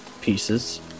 pieces